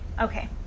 Okay